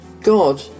God